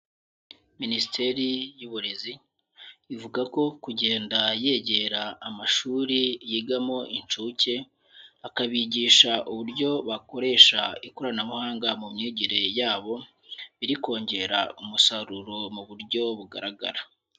Minisiteri y'uburezi ivuga ko kugenda yegera amashuri yigamo incuke, akabigisha uburyo bakoresha ikoranabuhanga mu myigire yabo, biri kongera umusaruro mu buryo bugaragara.